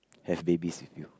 have babies with you